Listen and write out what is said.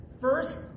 first